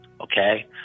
Okay